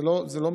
זה לא מייצג.